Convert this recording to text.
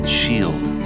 shield